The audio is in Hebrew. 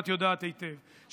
את יודעת היטב,